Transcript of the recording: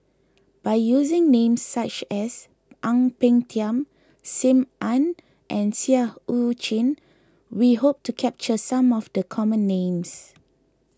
by using names such as Ang Peng Tiam Sim Ann and Seah Eu Chin we hope to capture some of the common names